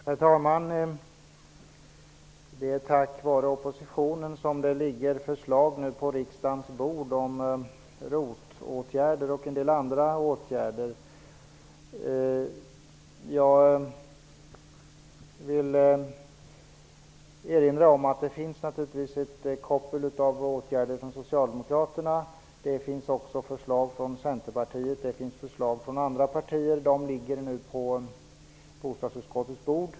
Herr talman! Det är tack vare oppositionen som det ligger förslag om ROT-åtgärder och en del andra åtgärder på riksdagens bord, säger Sonia Karlsson. Jag vill erinra om att det naturligtvis finns ett koppel av åtgärder från Socialdemokraterna, men det finns också förslag från Centerpartiet och det finns förslag från andra partier. De ligger nu på bostadsutskottets bord.